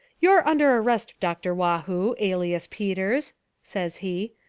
you're under arrest. dr. waugh-hoo, alias peters says he,